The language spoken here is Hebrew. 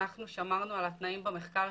שמרנו על התנאים במחקר,